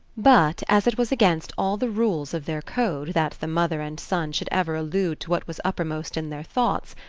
but, as it was against all the rules of their code that the mother and son should ever allude to what was uppermost in their thoughts,